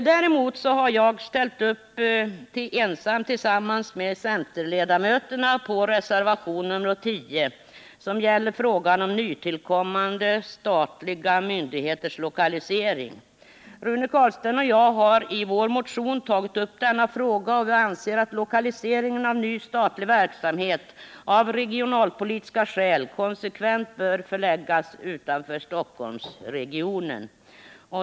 Däremot har jag som enda socialdemokrat ställt upp tillsammans med centerledamöterna på reservation nr 10, som gäller frågan om nytillkommande statliga myndigheters lokalisering. Rune Carlstein och jag har i vår motion tagit upp denna fråga, och vi anser att lokaliseringen av ny statlig verksamhet av regionalpolitiska skäl konsekvent bör förläggas utanför Stockholmsregionen.